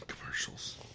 commercials